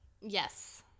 Yes